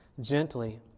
gently